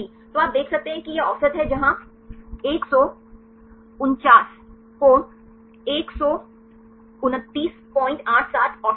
तो आप देख सकते हैं कि यह औसत है जहां 149 कोण 12987 औसत है